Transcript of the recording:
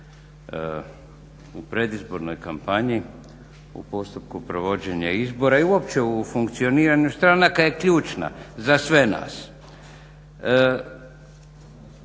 u predizbornoj kampanji, u postupak provođenja izbora i uopće u funkcioniranju stranaka je ključna za sve nas.